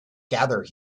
gather